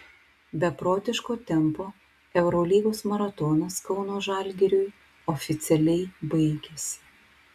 beprotiško tempo eurolygos maratonas kauno žalgiriui oficialiai baigėsi